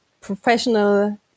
professional